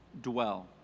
dwell